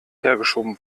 hergeschoben